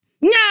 No